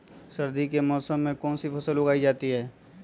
सर्दी के मौसम में कौन सी फसल उगाई जाती है?